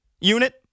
unit